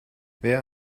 wer